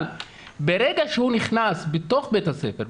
אבל ברגע שהוא נכנס לתוך בית הספר,